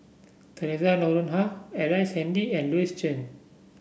Theresa Noronha Ellice Handy and Louis Chen